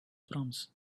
proms